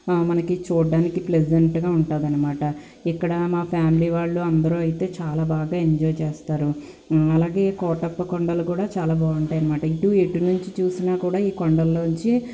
మనకి చూడ్డానికి ప్లెసెంట్గా ఉంటుందనమాట ఇక్కడ మా ఫ్యామిలీ వాళ్ళు అందరూ అయితే చాలా బాగా ఎంజాయ్ చేస్తారు అలాగే కోటప్ప కొండలు కూడా చాలా బాగుంటాయి అనమాట ఇటు ఎటు నుంచి చూసినా కూడా ఈ కొండల్లోనుంచి